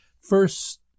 first